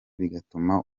bigatuma